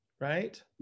right